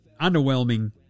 Underwhelming